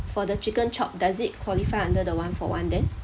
for the chicken chop does it qualify under the one-for-one then